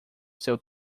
seu